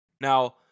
Now